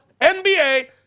NBA